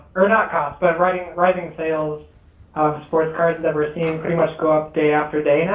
or not costs but rising rising sales of sports cards that we're seeing pretty much go up day after day now.